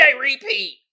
Repeat